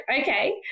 Okay